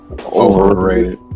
Overrated